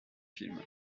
film